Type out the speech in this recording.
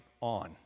on